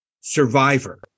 Survivor